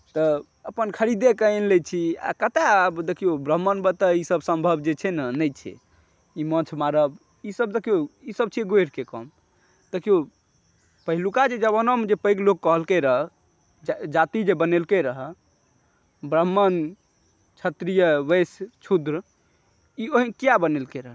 तऽ अपन खरीदेकऽ आनि लैत छी आब कतय देखिऔ ब्राम्हणमे तऽ ई सभ सम्भव जे छै न नहि छै ई माछ मारब ईसभ देखिओ ईसभ छियै ग्वारिके काम देखिऔ पहिलुका जे जमानामे जे पैघ लोक कहलकै र जाति जे बनेलकय रह ब्राह्मण क्षत्रिय वैश्य शूद्र ई किआ बनेलकय र